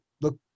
look